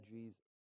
Jesus